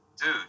dude